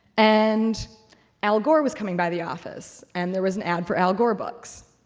and al gore was coming by the office, and there was an ad for al gore books.